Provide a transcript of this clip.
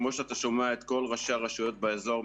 כמו שאתה שומע את כל ראשי הרשויות באזור,